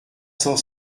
cent